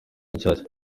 nshyashya